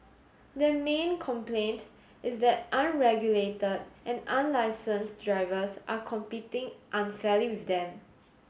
their main complaint is that unregulated and unlicensed drivers are competing unfairly with them